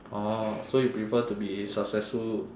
orh so you prefer to be successful